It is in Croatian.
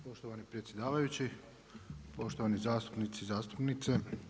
Poštovani predsjedavajući, poštovani zastupnici i zastupnice.